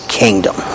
kingdom